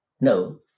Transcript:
No